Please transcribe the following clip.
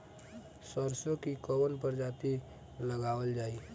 सरसो की कवन प्रजाति लगावल जाई?